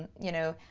you know,